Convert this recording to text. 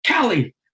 Callie